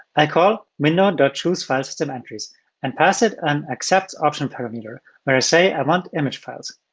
i call window and choosefilesystementries and pass it an accepts option parameter, where i say i want image files.